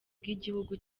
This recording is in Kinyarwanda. bw’igihugu